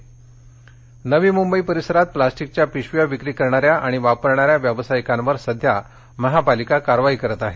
नवी मुंबई नवी मुंबई परिसरात प्लास्टिकच्या पिशव्या विक्री करणा या आणि वापरणाऱ्या व्यावसायिकांवर सध्या महापालिका कारवाई करत आहे